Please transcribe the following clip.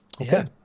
Okay